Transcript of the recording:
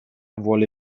vuole